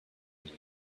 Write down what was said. knew